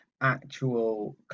actual